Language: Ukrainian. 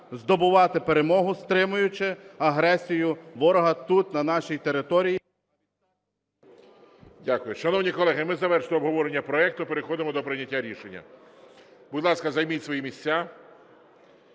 здобувати перемогу, стримуючи агресію ворога тут, на нашій території.